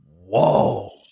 Whoa